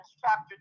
chapter